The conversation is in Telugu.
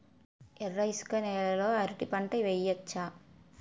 ఎర్ర ఇసుక నేల లో అరటి పంట వెయ్యచ్చా?